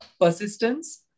persistence